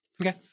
Okay